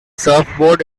surfboard